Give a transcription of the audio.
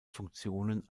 funktionen